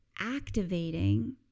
activating